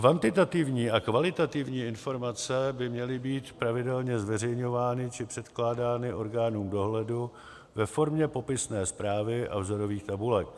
Kvantitativní a kvalitativní informace by měly být pravidelně zveřejňovány či předkládány orgánům dohledu ve formě popisné zprávy a vzorových tabulek.